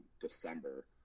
December